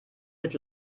mit